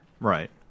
right